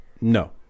no